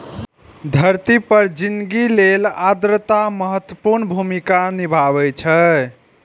धरती पर जिनगी लेल आर्द्रता महत्वपूर्ण भूमिका निभाबै छै